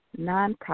Nonprofit